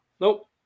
Nope